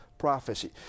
prophecy